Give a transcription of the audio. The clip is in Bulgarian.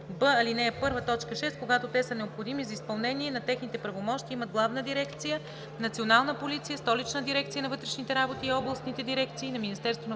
ал. 1, т. 6, когато те са необходими за изпълнение на техните правомощия, имат Главна дирекция „Национална полиция“, Столичната дирекция на вътрешните работи и областните дирекции на Министерството